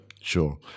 Sure